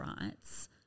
rights